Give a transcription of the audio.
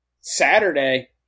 Saturday